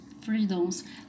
freedoms